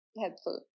helpful